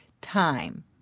time